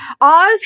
Oz